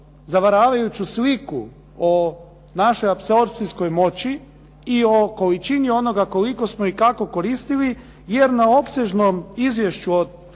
zavaravajuću sliku o našoj apsorpcijskoj moći i o količini onog koliko smo i kako koristili, jer na opsežnom izvješću od